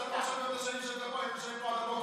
שנים שאתה פה, היינו נשארים פה עד הבוקר.